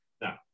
Now